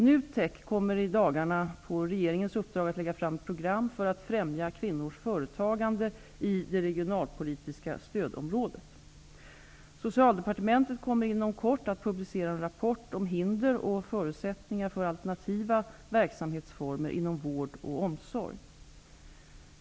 NUTEK kommer att i dagarna på regeringens uppdrag lägga fram ett program för att främja kvinnors företagande i det regionalpolitiska stödområdet. Socialdepartementet kommer inom kort att publicera en rapport om hinder och förutsättningar för alternativa verksamhetsformer inom vård och omsorg.